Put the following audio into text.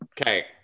Okay